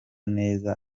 neza